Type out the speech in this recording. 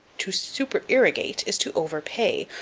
to supererogate is to overpay,